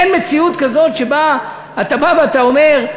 אין מציאות כזאת שבה אתה בא ואומר: